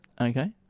Okay